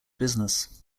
business